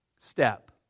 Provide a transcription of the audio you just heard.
step